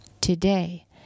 Today